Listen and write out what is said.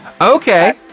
Okay